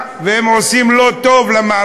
הם עושים שם רע, והם עושים לא טוב למערכת.